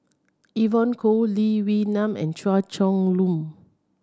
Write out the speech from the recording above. Evon Kow Lee Wee Nam and Chua Chong Long